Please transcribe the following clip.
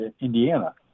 Indiana